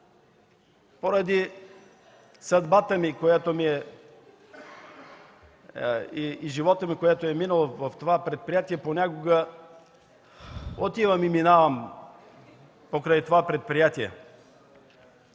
поради съдбата ми и животът ми, който е минал в това предприятие, понякога минавам покрай това предприятие